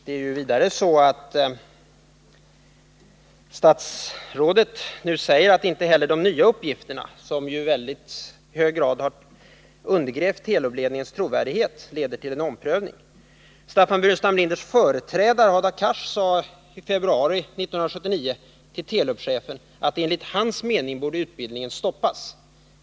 Det är vidare så att statsrådet nu säger att inte heller de nya uppgifterna, som ju i hög grad undergrävt Telubledningens trovärdighet, leder till en omprövning av den här frågan. Staffan Burenstam Linders företrädare, Hadar Cars, sade i februari 1979 till Telubchefen att utbildningen enligt hans mening borde stoppas.